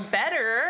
better